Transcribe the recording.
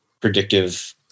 predictive